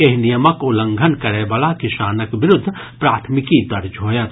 एहि नियमक उल्लंघन करयवला किसानक विरूद्ध प्राथमिकी दर्ज होयत